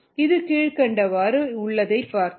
இது கீழ்க்கண்டவாறு பார்த்தோம்